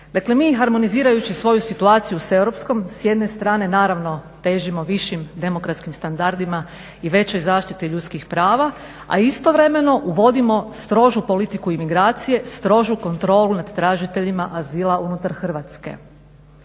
Dakle, mi harmonizirajući svoju situaciju s europskom s jedne strane naravno težimo višim demokratskim standardima i većoj zaštiti ljudskih prava a istovremeno uvodimo strožu politiku imigracije, strožu kontrolu nad tražiteljima azila unutar Hrvatske.